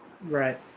Right